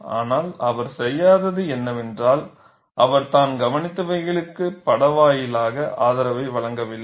ஆனால் அவர் செய்யாதது என்னவென்றால் அவர் தான் கவனித்தவைகளுக்கு பட வாயிலாக ஆதரவை வழங்கவில்லை